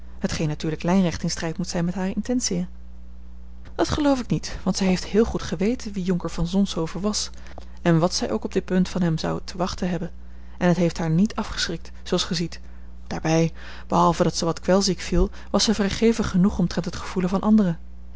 hetgeen natuurlijk lijnrecht in strijd moet zijn met hare intentiën dat geloof ik niet want zij heeft heel goed geweten wie jonker van zonshoven was en wat zij ook op dit punt van hem zou te wachten hebben en het heeft haar niet afgeschrikt zooals gij ziet daarbij behalve dat zij wat kwelziek viel was zij vrijgevig genoeg omtrent het gevoelen van anderen